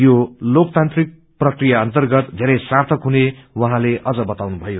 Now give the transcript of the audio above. यो लाकतान्त्रिक प्रक्रिया अर्न्तगत धेरै सार्थक हने उहाँले अझ बताउनुभयो